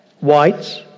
whites